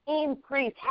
increase